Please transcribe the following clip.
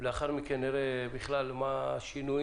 ולאחר מכן נראה בכלל מה השינויים,